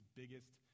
biggest